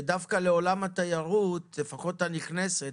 שבעולם התיירות הנכנסת